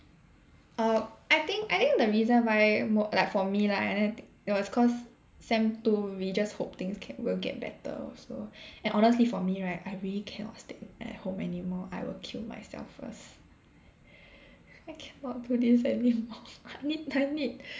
uh I think I think the reason why mo~ like for me lah and then I t~ was cause sem two we just hope things ca~ will get better also and honestly for me right I really cannot stick at home anymore I will kill myself first I cannot do this anymore I need I need